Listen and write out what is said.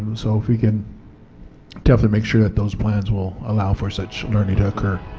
so if we can definitely make sure that those plans will allow for such learning to occur.